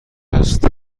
است